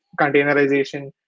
containerization